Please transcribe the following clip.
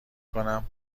کنم